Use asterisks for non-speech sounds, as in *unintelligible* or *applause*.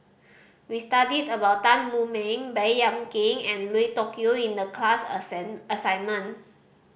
we studied about Tan Wu Meng Baey Yam Keng and Lui Tuck Yew in the class *unintelligible* assignment